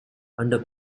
under